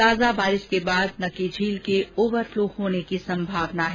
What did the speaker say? ताजा बारिश के बाद नक्की झील के ओवरफलो होने की संभावना है